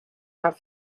have